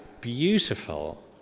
beautiful